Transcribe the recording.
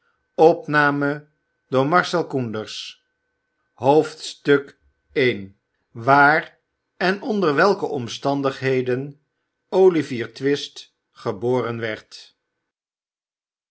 waar en onder welke omstandigheden olivier twist geboren werd